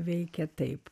veikė taip